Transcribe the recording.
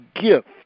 gift